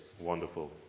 Wonderful